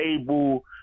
able